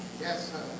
Yes